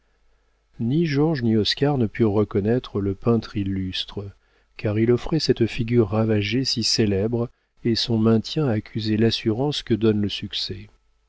georges ni oscar ne purent reconnaître le peintre illustre car il offrait cette figure ravagée si célèbre et son maintien accusait l'assurance que donne le succès